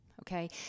Okay